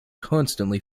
constantly